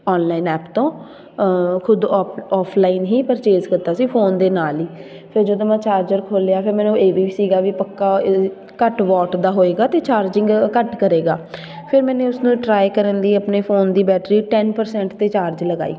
online app ਤੋਂ ਖੁਦ off offline ਹੀ ਪਰਚੇਜ ਕੀਤਾ ਸੀ ਫੋਨ ਦੇ ਨਾਲ ਹੀ ਫਿਰ ਜਦੋਂ ਮੈਂ ਚਾਰਜਰ ਖੋਲਿਆ ਫਿਰ ਮੈਨੂੰ ਇਹ ਵੀ ਸੀਗਾ ਵੀ ਪੱਕਾ ਇਹ ਘੱਟ ਵੋਟ ਦਾ ਹੋਏਗਾ ਅਤੇ ਚਾਰਜਿੰਗ ਘੱਟ ਕਰੇਗਾ ਫਿਰ ਮੈਨੇ ਉਸਨੂੰ ਟਰਾਏ ਕਰਨ ਲਈ ਆਪਣੇ ਫੋਨ ਦੀ ਬੈਟਰੀ ਟੈੱਨ ਪਰਸੈਂਟ 'ਤੇ ਚਾਰਜ ਲਗਾਈ